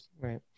Right